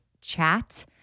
chat